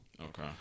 okay